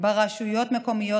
ברשויות מקומיות,